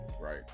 right